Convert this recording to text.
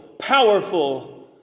powerful